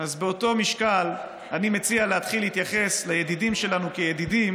אז באותו משקל אני מציע להתחיל להתייחס לידידים שלנו כאל ידידים